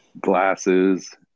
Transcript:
glasses